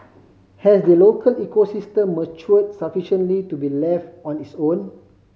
has the local ecosystem matured sufficiently to be left on its own